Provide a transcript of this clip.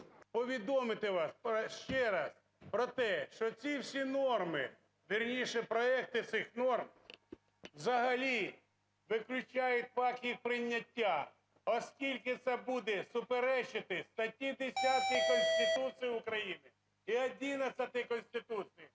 повідомити вас ще раз про те, що ці всі норми, вірніше, проекти цих норм взагалі виключають факт їх прийняття, оскільки це буде суперечити статті 10 Конституції України і 11-й Конституції.